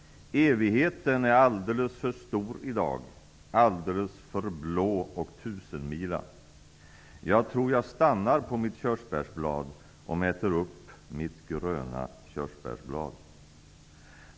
Evigheten är alldeles för stor idag, alldeles för blå och tusenmila. Jag tror jag stannar på mitt körsbärsblad och mäter upp mitt gröna körsbärsblad.